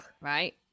right